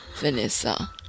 Vanessa